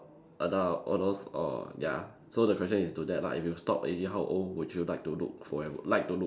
adult all those or ya so the question is to that lah if you stop aging how old would you like to look forever like to look